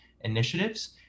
initiatives